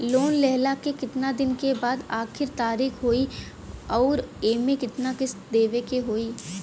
Loan लेहला के कितना दिन के बाद आखिर तारीख होई अउर एमे कितना किस्त देवे के होई?